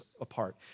apart